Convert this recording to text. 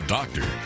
Doctor